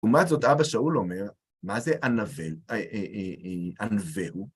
לעומת זאת, אבא שאול אומר, מה זה ענווהו?